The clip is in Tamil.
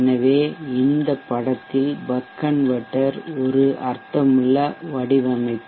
எனவே இந்த படத்தில் பக் கன்வெர்ட்டர் ஒரு அர்த்தமுள்ள வடிவமைப்பு